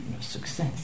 success